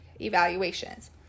evaluations